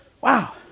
wow